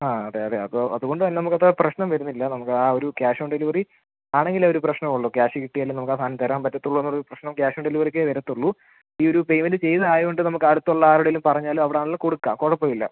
ആ അതെ അതെ അപ്പോൾ അതുകൊണ്ട് തന്നെ നമുക്ക് അപ്പം പ്രശ്നം വരുന്നില്ല നമുക്ക് ആ ഒരു ക്യാഷ് ഓൺ ഡെലിവറി ആണെങ്കിലേ ഒരു പ്രശ്നമുള്ളൂ ക്യാഷ് കിട്ടിയാലേ നമുക്ക് ആ സാധനം തരാൻ പറ്റുള്ളൂ എന്നൊരു പ്രശ്നം ക്യാഷ് ഓൺ ഡെലിവറിക്കേ വരുള്ളൂ ഈ ഒരു പേയ്മെൻറ് ചെയ്തതായതുകൊണ്ട് നമുക്ക് അടുത്തുള്ള ആരോടെങ്കിലും പറഞ്ഞാലും അവിടെ ആണെങ്കിലും കൊടുക്കാം കുഴപ്പമില്ല